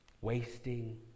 wasting